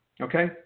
Okay